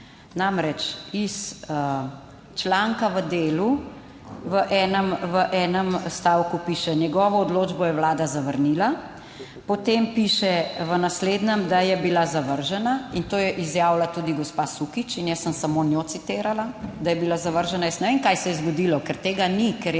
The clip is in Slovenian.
Namreč, iz članka v Delu v enem stavku piše: njegovo odločbo je Vlada zavrnila. Potem piše v naslednjem, da je bila zavržena, in to je izjavila tudi gospa Sukič in jaz sem samo njo citirala, da je bila zavržena. Jaz ne vem, kaj se je zgodilo, ker tega ni, ker je